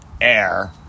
air